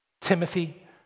Timothy